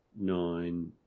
nine